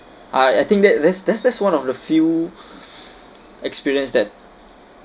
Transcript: uh I think that that's that's one of the few experience that